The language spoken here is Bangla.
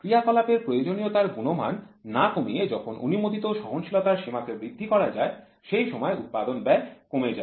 ক্রিয়া কলাপ এর প্রয়োজনীয়তার গুণমান না কমিয়ে যখন অনুমোদিত সহনশীলতার সীমাকে বৃদ্ধি করা যায় সেই সময় উৎপাদন ব্যয় কমে যায়